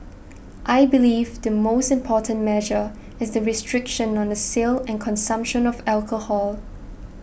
I believe the most important measure is the restriction on the sale and consumption of alcohol